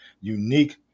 unique